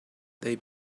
they